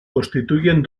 constituyen